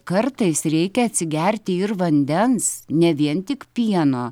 kartais reikia atsigerti ir vandens ne vien tik pieno